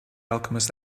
alchemist